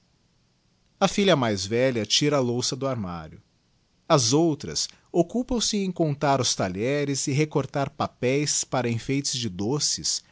a filha mais velha tira a louça do armário as outras occupam se em contar os talheres e recortar papeis para enfeites de doces